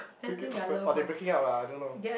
freaking awkward oh they breaking up ah I don't know